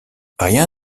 rien